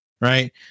right